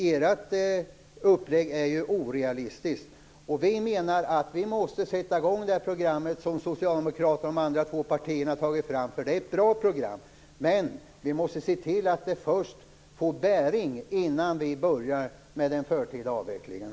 Ert upplägg är orealistiskt. Vi måste sätta igång det program som Socialdemokraterna och de andra två partierna har tagit fram. Det är ett bra program. Men vi måste se till att det först får bäring innan vi börjar med den förtida avvecklingen.